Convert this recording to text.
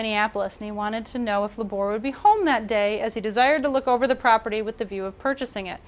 minneapolis and he wanted to know if the board would be home that day as he desired to look over the property with a view of purchasing it